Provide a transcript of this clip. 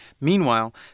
Meanwhile